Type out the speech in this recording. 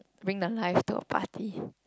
bring the life to a party